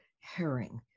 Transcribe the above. herring